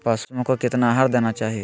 पशुओं को कितना आहार देना चाहि?